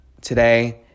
today